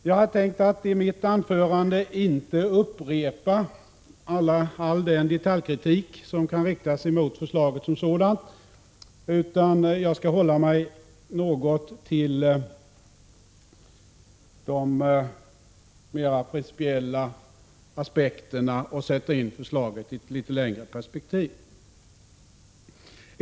Jag har tänkt att i mitt anförande inte upprepa all den detaljkritik som kan riktas mot förslaget som sådant, utan jag skall hålla mig något till de mera principiella aspekterna och sätta in förslaget i ett litet längre perspektiv.